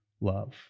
love